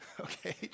Okay